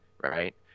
right